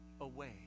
away